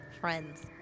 Friends